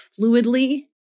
fluidly